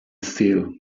still